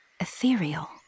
ethereal